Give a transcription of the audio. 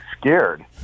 scared